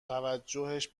توجهش